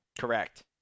correct